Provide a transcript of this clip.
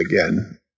again